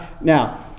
Now